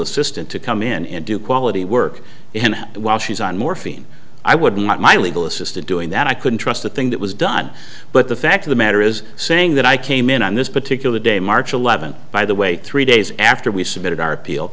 assistant to come in and do quality work and while she's on morphine i would not my legal assistant doing that i couldn't trust a thing that was done but the fact of the matter is saying that i came in on this particular day march eleventh by the way three days after we submitted our appeal